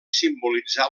simbolitzar